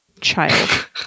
Child